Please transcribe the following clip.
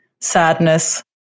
sadness